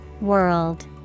World